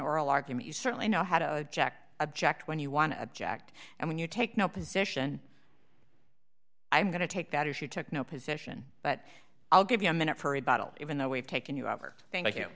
oral argument you certainly know how to object object when you want to object and when you take no position i'm going to take that as you took no position but i'll give you a minute for a bottle even though we've taken you over thank you